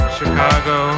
Chicago